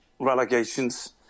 relegations